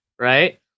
Right